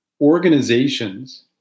organizations